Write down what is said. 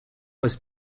was